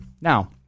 Now